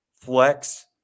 flex